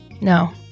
No